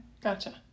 gotcha